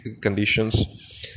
conditions